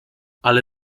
ale